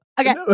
Okay